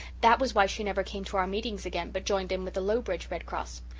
that was why she never came to our meetings again but joined in with the lowbridge red cross.